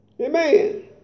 Amen